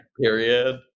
Period